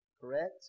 Correct